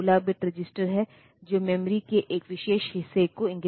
तो हम कुछ डिकोडर सर्किटरी डिजाइन कर सकते हैं जिसके द्वारा या तो मेमोरी चिप सक्षम हो जाएगी